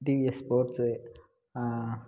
TVS sports